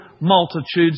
multitudes